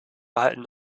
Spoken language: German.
halten